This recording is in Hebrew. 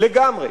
לגמרי.